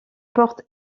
porte